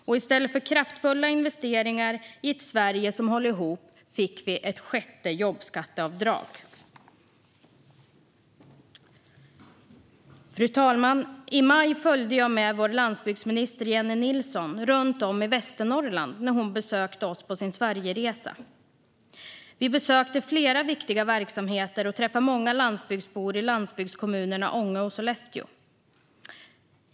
I stället för kraftfulla investeringar i ett Sverige som håller ihop fick vi ett sjätte jobbskatteavdrag. Fru talman! I maj följde jag med vår landsbygdsminister Jennie Nilsson runt om i Västernorrland när hon besökte oss på sin Sverigeresa. Vi besökte flera viktiga verksamheter och träffade många landsbygdsbor i landsbygdskommunerna Ånge och Sollefteå.